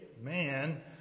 man